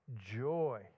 joy